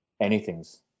anything's